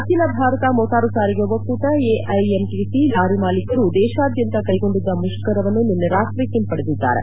ಅಖಿಲ ಭಾರತ ಮೋಟಾರು ಸಾರಿಗೆ ಒಕ್ಕೂಟ ಎಐಎಂಟಿಸಿ ಲಾರಿ ಮಾಲೀಕರು ದೇಶಾದ್ದಂತ ಕೈಗೊಂಡಿದ್ದ ಮುಷ್ಠವನ್ನು ನಿನ್ನೆ ರಾತ್ರಿ ಒಂಪಡೆದಿದ್ದಾರೆ